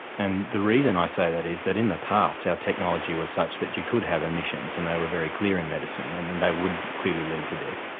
and the reason i say that is that in the past, our technology was such that you could have omissions, and they were very clear in medicine, and and they would clearly lead to death.